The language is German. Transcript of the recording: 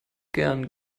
gern